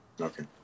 Okay